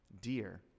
dear